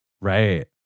Right